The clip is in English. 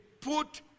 put